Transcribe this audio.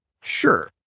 sure